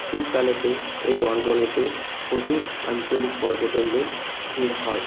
শীতকালেতে এই গনগনিতে প্রচুর আঞ্চলিক পর্যটনদের ভিড় হয়